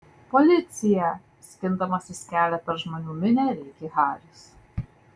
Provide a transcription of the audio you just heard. policija skindamasis kelią per žmonių minią rėkė haris